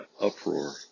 uproar